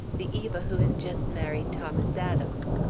the eva who has just married thomas adams.